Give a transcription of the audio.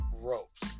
ropes